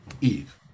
Eve